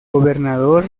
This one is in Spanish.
gobernador